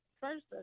first